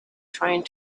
trying